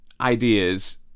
ideas